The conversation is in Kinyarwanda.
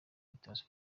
bitatse